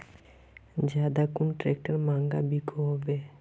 ज्यादा कुन ट्रैक्टर महंगा बिको होबे?